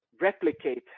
replicate